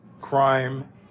crime